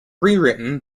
rewritten